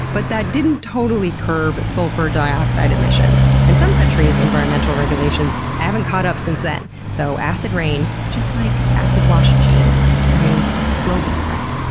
but that didn't totally curb sulfur dioxide emissions. and some countries' environmental regulations haven't caught up since then, so acid rain just like acid washed jeans remains a global threat.